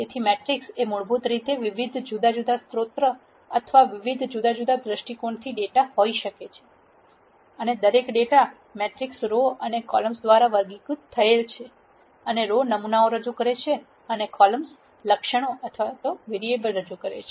તેથી મેટ્રિક્સ મૂળભૂત રીતે વિવિધ જુદા જુદા સ્ત્રોતો અથવા વિવિધ જુદા જુદા દ્રષ્ટિકોણથી ડેટા હોઈ શકે છે અને દરેક ડેટા મેટ્રિક્સ રો અને કોલમ્સ દ્વારા વર્ગીકૃત થયેલ છે અને રો નમૂનાઓ રજૂ કરે છે અને કોલમ્સ લક્ષણો અથવા વેરીએબલ રજૂ કરે છે